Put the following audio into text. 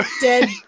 dead